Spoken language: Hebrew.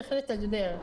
לתגבר.